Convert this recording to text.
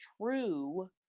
true